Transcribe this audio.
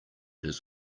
his